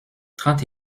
trente